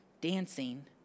dancing